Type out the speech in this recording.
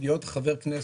להיות חבר כנסת,